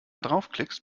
draufklickst